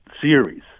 series